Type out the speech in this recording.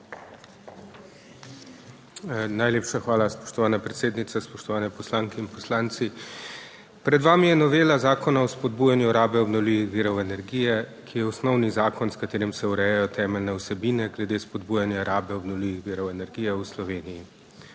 Najlepša hvala, spoštovana predsednica. Spoštovane poslanke in poslanci! Pred vami je novela Zakona o spodbujanju rabe obnovljivih virov energije, ki je osnovni zakon, s katerim se urejajo temeljne vsebine glede spodbujanja rabe obnovljivih virov energije v Sloveniji.